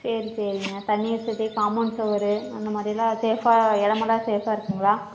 சரி சரிங்க தண்ணி வசதி காபொண்ட் செவுரு அந்த மாதிரிலாம் சேஃபா இடமெல்லாம் சேஃபா இருக்குங்களா